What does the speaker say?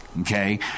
okay